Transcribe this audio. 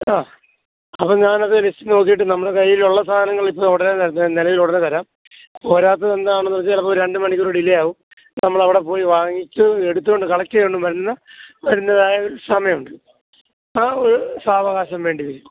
ആ അപ്പോൾ ഞാൻ അത് ലിസ്റ്റ് നോക്കിയിട്ട് നമ്മുടെ കൈയ്യിലുള്ള സാധനങ്ങൾ ഇപ്പോൾ ഉടനെ നിലവിൽ ഉടനെ തരാം പോരാത്തത് എന്താണെന്നു വച്ചാൽ ചിലപ്പോൾ രണ്ട് മണിക്കൂർ ഡിലേ ആവും നമ്മൾ എവിടെ പോയി വാങ്ങിച്ചു എടുത്തു കൊണ്ട് കളെക്റ്റ് ചെയ്തുകൊണ്ട് വരുന്ന വരുന്നതായ സമയമുണ്ട് ആ ഒരു സാവകാശം വേണ്ടി വരും